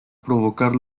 provocar